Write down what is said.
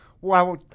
Wow